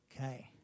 Okay